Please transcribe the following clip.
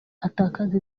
atakaza